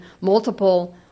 multiple